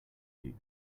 you